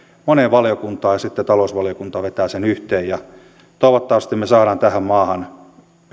moneen valiokuntaan ja sitten talousvaliokunta vetää sen yhteen ja toivottavasti me saamme tähän maahan